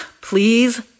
please